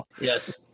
yes